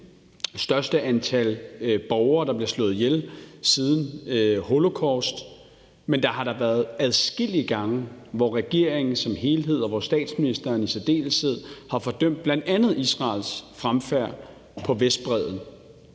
det største antal borgere siden holocaust bliver slået ihjel, men der har da været adskillige gange, hvor regeringen som helhed og statsministeren i særdeleshed har fordømt bl.a. Israels fremfærd på Vestbredden.